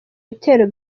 bitero